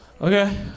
Okay